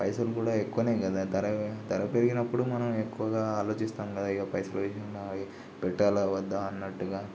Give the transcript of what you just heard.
పైసలు కూడా ఎక్కువనే కదా ధర ధర పెరిగినప్పుడు మనం ఎక్కువగా ఆలోచిస్తాం కదా అయ్యో పైసలు పెరిగినాయి పెట్టాలా వద్ద అన్నట్టుగా